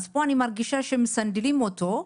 אז פה אני מרגישה שמסנדלים אותו,